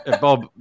Bob